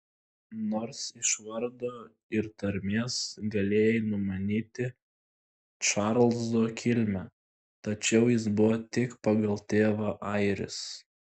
nors iš vardo ir tarmės galėjai numanyti čarlzo kilmę tačiau jis buvo tik pagal tėvą airis